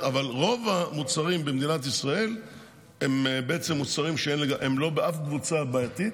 אבל רוב המוצרים במדינת ישראל הם מוצרים שהם לא באף קבוצה בעייתית,